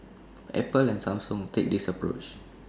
Apple and Samsung take this approach